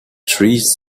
trees